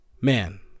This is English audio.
man